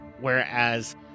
whereas